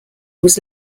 was